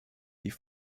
die